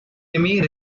timmy